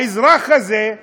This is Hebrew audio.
האזרח הזה,